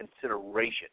consideration